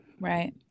Right